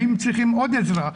האם הם צריכים עוד עזרה.